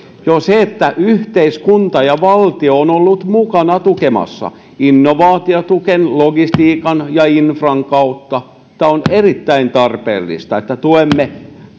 on se että yhteiskunta ja valtio ovat olleet mukana tukemassa innovaatiotuen logistiikan ja infran kautta tämä on erittäin tarpeellista että tuemme